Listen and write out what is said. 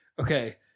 okay